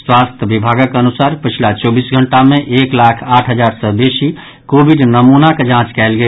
स्वास्थ्य विभागक अनुसार पछिला चौबीस घंटा मे एक लाख आठ हजार सँ बेसी कोविड नमूनाक जांच कयल गेल